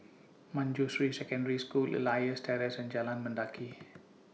Manjusri Secondary School Elias Terrace and Jalan Mendaki